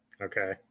Okay